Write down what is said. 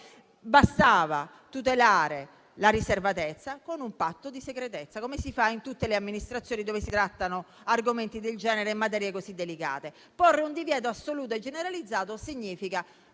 Bastava tutelare la riservatezza con un patto di segretezza, come si fa in tutte le amministrazioni dove si trattano argomenti del genere e materie così delicate. Porre un divieto assoluto e generalizzato significa,